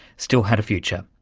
still had a future.